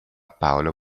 paolo